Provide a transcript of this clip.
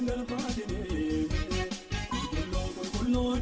no no no